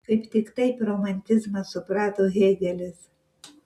kaip tik taip romantizmą suprato hėgelis